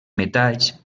metalls